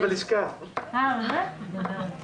ההצעה המדוברת